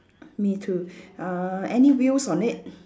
me too uh any wheels on it